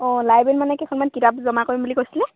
অঁ লাইবেৰীত মানে কেইখনমান কিতাপ জমা কৰিম বুলি কৈছিলে